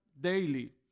daily